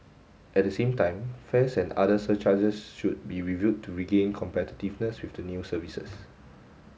at the same time fares and other surcharges should be reviewed to regain competitiveness with the new services